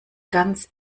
ganz